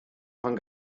pan